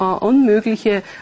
unmögliche